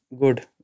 good